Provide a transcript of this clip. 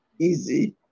easy